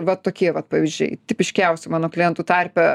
vat tokie vat pavyzdžiai tipiškiausi mano klientų tarpe